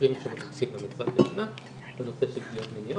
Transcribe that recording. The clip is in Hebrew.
מקרים שמדווחים בנושא של פגיעות מיניות,